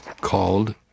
called